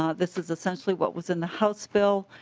um this is essentially what was in the house bill.